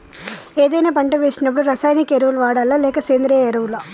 ఏదైనా పంట వేసినప్పుడు రసాయనిక ఎరువులు వాడాలా? లేక సేంద్రీయ ఎరవులా?